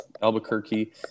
albuquerque